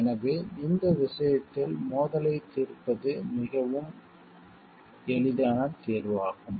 எனவே இந்த விஷயத்தில் மோதலைத் தீர்ப்பது மிகவும் எளிதான தேர்வாகும்